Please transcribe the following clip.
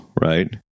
right